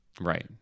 Right